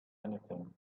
anything